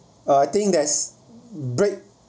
I think there's break